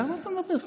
למה אתה מדבר ככה?